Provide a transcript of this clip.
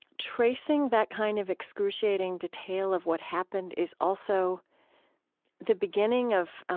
tracing that kind of excruciating detail of what happened is also the beginning of,